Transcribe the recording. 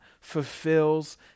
fulfills